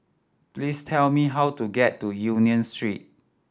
please tell me how to get to Union Street